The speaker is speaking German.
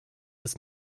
ist